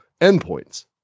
endpoints